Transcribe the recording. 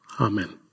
Amen